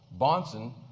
Bonson